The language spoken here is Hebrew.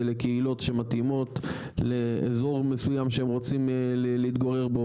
לקהילות שמתאימות לאזור מסוים שהם רוצים להתגורר בו,